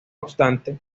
obstante